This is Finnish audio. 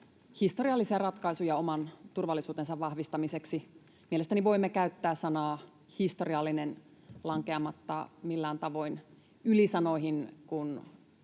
historiallisia ratkaisuja oman turvallisuutensa vahvistamiseksi. Mielestäni voimme käyttää sanaa ”historiallinen” lankeamatta millään tavoin ylisanoihin,